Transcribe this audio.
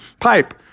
pipe